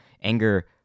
anger